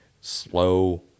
slow